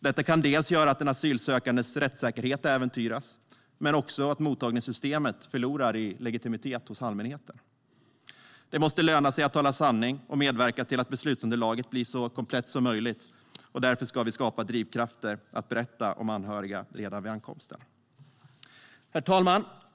Detta kan göra att den asylsökandes rättssäkerhet äventyras men också att mottagningssystemet förlorar i legitimitet hos allmänheten. Det måste löna sig att tala sanning och medverka till att beslutsunderlaget blir så komplett som möjligt. Därför ska vi skapa drivkrafter att berätta om anhöriga redan vid ankomsten. Herr talman!